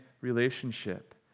relationship